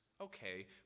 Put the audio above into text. okay